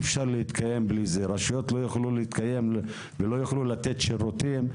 אפשר להתקיים ובלי זה הרשויות לא יוכלו להתקיים ולא יוכלו לתת שירותים.